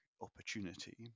opportunity